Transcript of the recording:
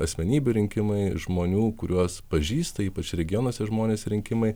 asmenybių rinkimai žmonių kuriuos pažįsta ypač regionuose žmonės rinkimai